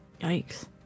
Yikes